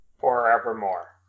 forevermore